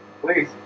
Please